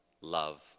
love